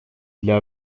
для